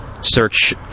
search